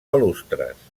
balustres